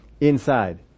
inside